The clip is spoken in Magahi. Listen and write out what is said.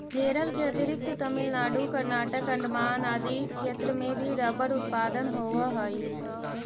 केरल के अतिरिक्त तमिलनाडु, कर्नाटक, अण्डमान आदि क्षेत्र में भी रबर उत्पादन होवऽ हइ